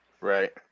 Right